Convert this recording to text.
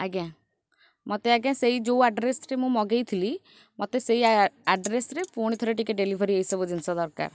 ଆଜ୍ଞା ମୋତେ ଆଜ୍ଞା ସେଇ ଯେଉଁ ଆଡ଼୍ରେସରେ ମୁଁ ମଗେଇଥିଲି ମୋତେ ସେଇ ଆଡ଼୍ରେସ୍ରେ ପୁଣିଥରେ ଟିକିଏ ଡେଲିଭରି ଏଇସବୁ ଜିନିଷ ଦରକାର